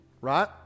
Right